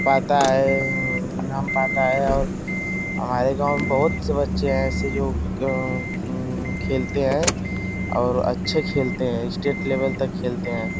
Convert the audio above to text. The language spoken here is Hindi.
पाता है नाम पता है और हमारे गाँव में बहुत से बच्चे हैं ऐसे जो खेलते हैं और अच्छे खलेते हैं स्टेट लेबल तक खेलते है